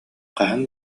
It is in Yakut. хаһан